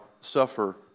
suffer